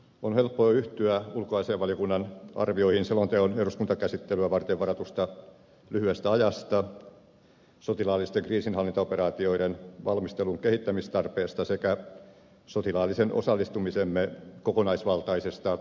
on helppoa yhtyä ulkoasiainvaliokunnan arvioihin selonteon eduskuntakäsittelyä varten varatusta lyhyestä ajasta sotilaallisten kriisinhallintaoperaatioiden valmistelun kehittämistarpeesta sekä sotilaallisen osallistumisemme kokonaisvaltaisesta suunnittelusta